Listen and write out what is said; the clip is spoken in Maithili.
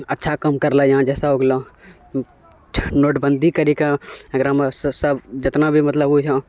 अच्छा काम करलऽ हँ जइसे हो गेलऽ नोटबबन्दी करिके एकरामे सब जतना भी मतलब होइ हँ